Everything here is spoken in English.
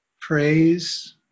praise